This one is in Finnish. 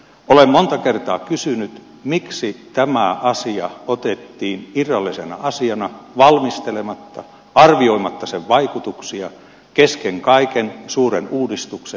olen monta kertaa kysynyt miksi tämä asia otettiin irrallisena asiana valmistelematta arvioimatta sen vaikutuksia kesken kaiken suuren uudistuksen